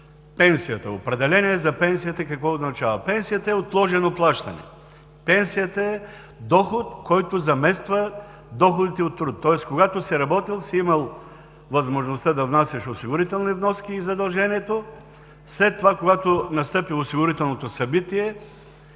пенсията? Определение за пенсията, какво означава – пенсията е отложено плащане. Пенсията е доход, който замества доходите от труд. Тоест, когато си работил си имал възможността, задължението, да внасяш осигурителни вноски, след това, когато настъпи осигурителното събитие,